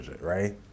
right